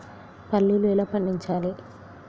పల్లీలు ఎలా పండించాలి?